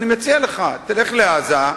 אני מציע לך, תלך לעזה,